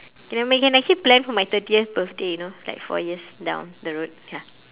okay then we can actually plan for my thirtieth birthday you know like four years down the road ya